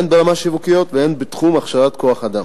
הן ברמה השיווקית והן בתחום הכשרת כוח-אדם.